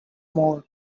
more